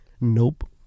nope